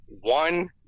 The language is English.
one